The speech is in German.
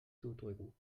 zudrücken